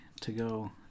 to-go